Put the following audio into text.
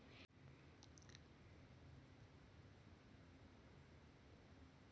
सगळ्यात जास्त परतावा देणारी योजना कोणती?